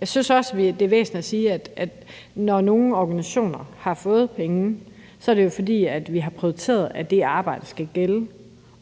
Jeg synes også, det er væsentligt at sige, at når nogle organisationer har fået penge, er det jo, fordi vi har prioriteret, at det arbejde skal laves,